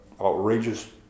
outrageous